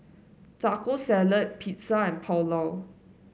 Taco Salad Pizza and Pulao